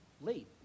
late